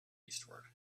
eastward